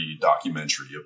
documentary